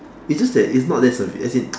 it's just that it's not that severe as in